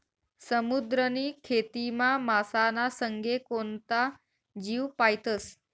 समुद्रनी खेतीमा मासाना संगे कोणता जीव पायतस?